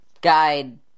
guide